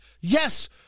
Yes